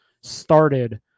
started